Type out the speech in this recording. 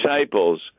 disciples